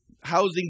housing